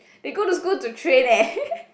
they go to school to train eh